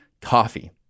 coffee